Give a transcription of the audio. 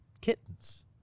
kittens